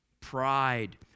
pride